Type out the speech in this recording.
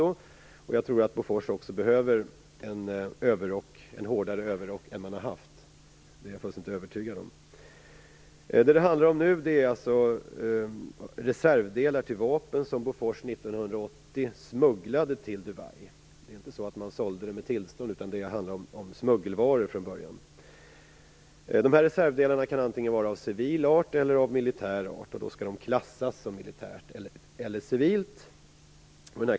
Jag är fullständigt övertygad om att Bofors också behöver en hårdare överrock än vad man har haft. Det som det nu handlar om är alltså reservdelar till vapen som Bofors 1980 smugglade till Dubai. Det är inte så att man sålde med tillstånd, utan de vapen det handlar om är smuggelvaror från början. Dessa reservdelar kan vara antingen av civil art eller av militär art, och de skall också klassas som militära eller civila.